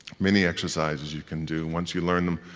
many exercises you can do. once you learn them,